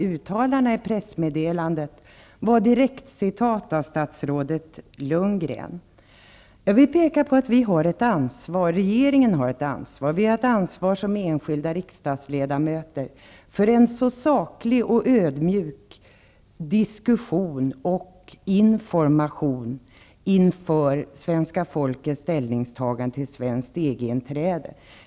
Uttalandena i pressmeddelandet var direktcitat av statsrådet Regeringen har ett ansvar och vi har ett ansvar som enskilda riksdagsledamöter för att föra en saklig och ödmjuk diskussion och ge information inför svenska folkets ställningstagande till svenskt EG inträde.